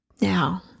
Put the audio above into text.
Now